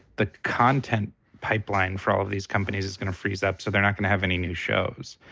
the content pipeline for all of these companies is gonna freeze up. so they're not gonna have any new shows.